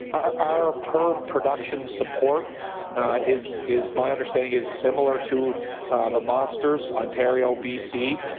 our our per production support is is my understanding is similar to the monsters, ontario, b c.